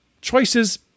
choices